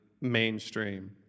mainstream